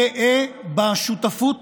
גאה בשותפות